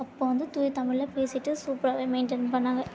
அப்போது வந்து தூய தமிழில் பேசிகிட்டு சூப்பராகவே மெயின்டெயின் பண்ணாங்க